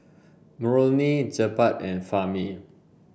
Murni Jebat and Fahmi